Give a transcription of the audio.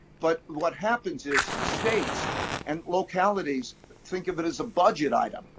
but what happens is, states and localities think of it as a budget item.